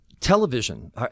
television